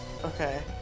Okay